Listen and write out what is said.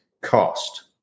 cost